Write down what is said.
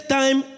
time